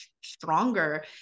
stronger